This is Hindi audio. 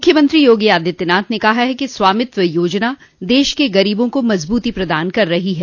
मुख्यमंत्री योगी आदित्यनाथ ने कहा है कि स्वामित्व योजना देश के गरीबों को मजबूती प्रदान कर रही है